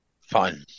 Fine